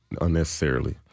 unnecessarily